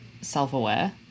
self-aware